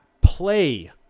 play